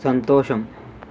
సంతోషం